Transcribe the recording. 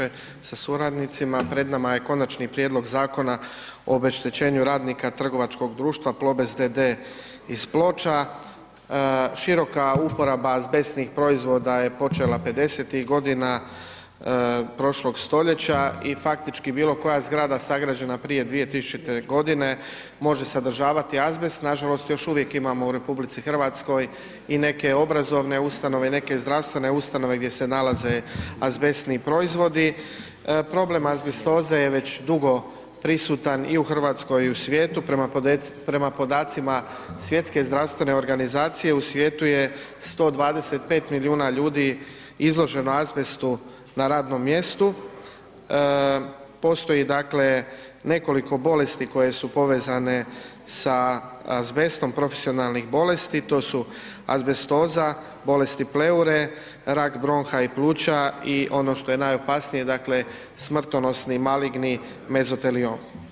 Poštovani državni tajniče sa suradnicima, pred nama je Konačni prijedlog Zakona o obeštećenju radnika trgovačkog društva Plobest d.d. iz Ploča, široka uporaba azbestnih proizvoda je počela '50.-tih godina prošlog stoljeća i faktički bilo koja zgrada sagrađena prije 2000.-te godine može sadržavati azbest, nažalost još uvijek imamo u RH i neke obrazovne ustanove i neke zdravstvene ustanove gdje se nalaze azbestni proizvodi, problem azbestoze je već dugo prisutan i u RH i u svijetu, prema podacima Svjetske zdravstvene organizacije u svijetu je 125 milijuna ljudi izloženo azbestu na radnom mjestu, postoji dakle nekoliko bolesti koje su povezane sa azbestom, profesionalnih bolesti, to su azbestoza, bolesti pleure, rak bronha i pluća i ono što je najopasnije, dakle smrtonosni maligni mezoteliom.